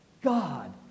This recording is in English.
God